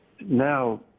now